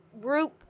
group